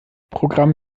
programm